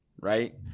right